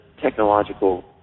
technological